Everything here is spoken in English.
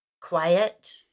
quiet